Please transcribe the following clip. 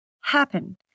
happen